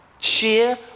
Share